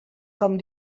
com